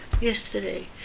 yesterday